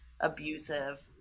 abusive